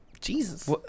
Jesus